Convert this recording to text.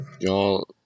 Y'all